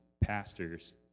pastors